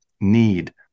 need